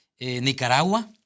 Nicaragua